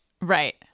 Right